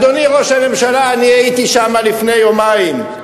אדוני ראש הממשלה, הייתי שם לפני יומיים.